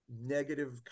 negative